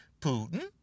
Putin